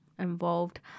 Involved